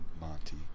Monty